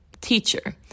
teacher